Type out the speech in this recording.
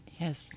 Yes